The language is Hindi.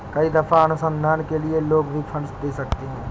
कई दफा अनुसंधान के लिए लोग भी फंडस दे सकते हैं